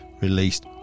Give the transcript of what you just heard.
released